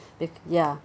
because ya